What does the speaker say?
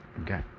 Okay